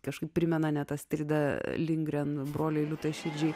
kažkaip primena net astrida lingren broliui liūtaširdžiui